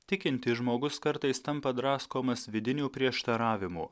tikintis žmogus kartais tampa draskomas vidinių prieštaravimų